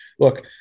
Look